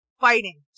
fighting